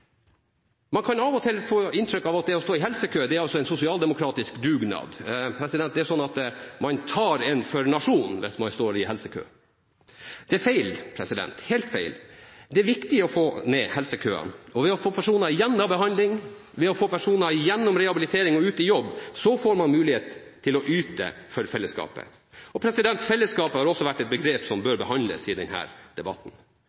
Man kan av og til få inntrykk av at det å stå i helsekø er en sosialdemokratisk dugnad, at det er sånn at man «tar en» for nasjonen hvis man står i helsekø. Det er helt feil. Det er viktig å få ned helsekøene, og ved å få personer gjennom behandling, ved å få personer gjennom rehabilitering og ut i jobb, får man mulighet til å yte for fellesskapet. «Fellesskapet» er også et begrep som bør behandles i denne debatten.